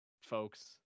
folks